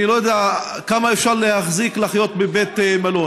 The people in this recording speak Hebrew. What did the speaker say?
אני לא יודע כמה אפשר להחזיק לחיות בבית מלון.